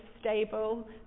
stable